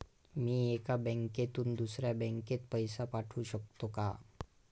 मी एका बँकेतून दुसऱ्या बँकेत पैसे पाठवू शकतो का?